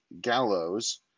Gallows